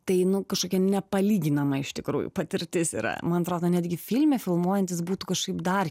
tai nu kažkokia nepalyginama iš tikrųjų patirtis yra man atrodo netgi filme filmuojantys būtų kažkaip dar